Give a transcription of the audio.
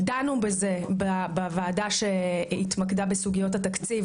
דנו בזה בוועדה שהתמקדה בסוגיות התקציב,